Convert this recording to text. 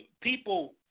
people